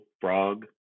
Frog